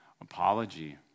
Apology